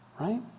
Right